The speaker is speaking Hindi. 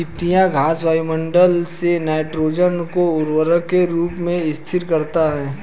तिपतिया घास वायुमंडल से नाइट्रोजन को उर्वरक के रूप में स्थिर करता है